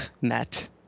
met